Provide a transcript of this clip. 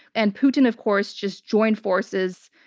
and putin, of course, just joined forces.